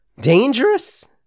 Dangerous